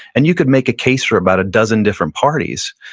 and you could make a case for about a dozen different parties,